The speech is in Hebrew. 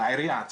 העירייה עצמה.